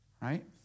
Right